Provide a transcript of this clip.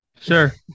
Sure